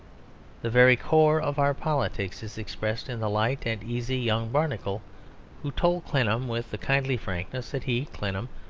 the very core of our politics is expressed in the light and easy young barnacle who told clennam with a kindly frankness that he, clennam,